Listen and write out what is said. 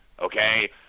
Okay